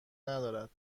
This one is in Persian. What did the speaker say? ندارد